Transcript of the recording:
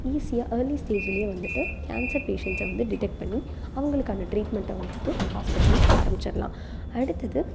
ஈஸியாக ஏர்லி ஸ்டேஜ்லேயே வந்துட்டு கேன்சர் பேஷண்ட்ஸை வந்து டிடெக்ட் பண்ணி அவங்களுக்கான ட்ரீட்மெண்ட்டை வந்துட்டு ஹாஸ்பிட்டல்ஸ் ஆரமிச்சிடலாம் அடுத்தது